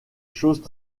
choses